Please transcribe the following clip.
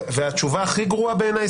והתשובה הכי גרועה בעיניי,